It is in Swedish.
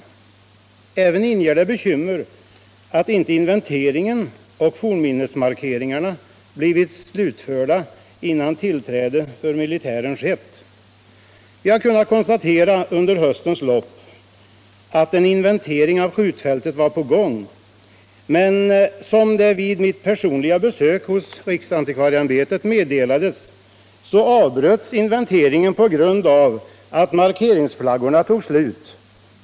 Likaså inger det bekymmer att arbetet med inventering och fornminnesmarkeringar inte har blivit slutfört innan militären fick tillträde till området. Vi har under höstens lopp kunnat konstatera att en inventering av skjutfältet var på gång, men — som det vid mitt personliga besök hos riksantikvarieimbetet meddelades — inventeringen avbröts på grund av att markeringsflaggorna tog slut.